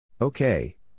Okay